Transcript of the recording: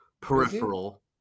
peripheral